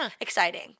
exciting